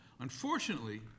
Unfortunately